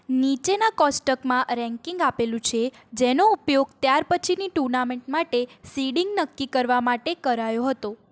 નીચેના કોષ્ટકમાં રેન્કિંગ આપેલું છે જેનો ઉપયોગ ત્યારપછીની ટુર્નામેન્ટ માટે સીડિંગ નક્કી કરવા માટે કરાયો હતો